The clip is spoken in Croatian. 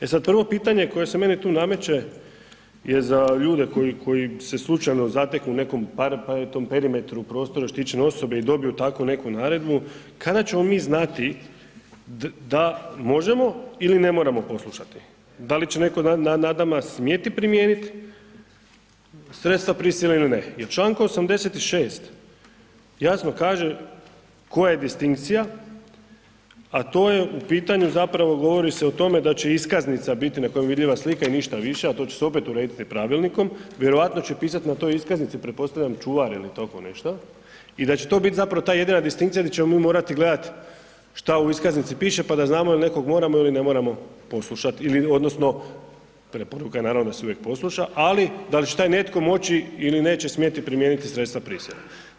E sad prvo pitanje koje se meni tu nameće je za ljude koji, koji se slučajno zateknu u nekom perimetru, u prostoru štićene osobe i dobiju takvu neku naredbu, kada ćemo mi znati da možemo ili ne moramo poslušati, da li će neko nad nama smjeti primijenit sredstva prisile ili ne jel čl. 86. jasno kaže koja je distinkcija, a to je u pitanju zapravo govori se o tome da će iskaznica biti na kojoj je vidljiva slika i ništa više, a to će se opet urediti pravilnikom, vjerojatno će pisat na toj iskaznici, pretpostavljam, čuvar ili tako nešto i da će to bit ta jedina distinkcija di ćemo mi morat gledat šta u iskaznici piše, pa da znamo jel nekog moramo ili ne moramo poslušat ili odnosno preporuka je naravno da se uvijek posluša, ali da li će taj neko moći ili neće smjeti primijeniti sredstva prisile.